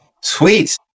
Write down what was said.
sweet